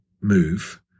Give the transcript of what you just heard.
move